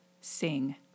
sing